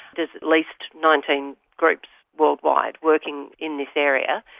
there's at least nineteen groups worldwide working in this area.